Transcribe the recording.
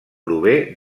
prové